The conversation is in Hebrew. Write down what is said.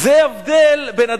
זה ההבדל בין הקול לבין המלה.